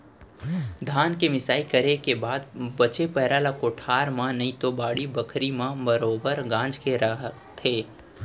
धान के मिंसाई करे के बाद बचे पैरा ले कोठार म नइतो बाड़ी बखरी म बरोगर गांज के रखथें